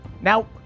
Now